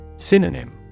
Synonym